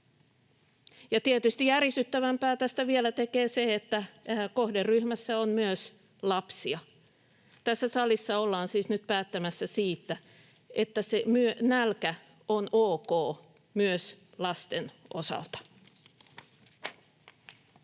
Ja tietysti vielä järisyttävämpää tästä tekee se, että kohderyhmässä on myös lapsia. Tässä salissa ollaan siis nyt päättämässä siitä, että nälkä on ok myös lasten osalta. [Speech